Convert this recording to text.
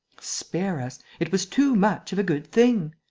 spare us! it was too much of a good thing!